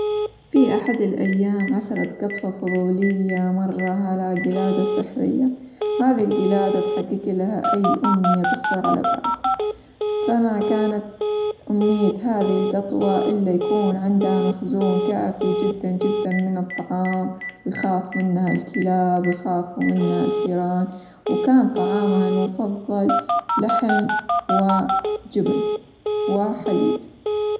في أحد الأيام عثرت قطوة فظولية مرة على قلادة سحرية، هذي القلادة تحقق لها أي أمنية تخطر على بالكم، فما كانت أمنية هذه القطوة إلا يكون عندها مخزون كافي جدًا جدًا من الطعام، ويخاف منها الكلاب، ويخافوا منها الفيران، وكان طعامها المفضل لحم، وجبن، وحليب.